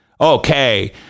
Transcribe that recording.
Okay